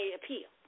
appeal